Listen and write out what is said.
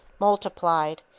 multiplied,